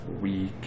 week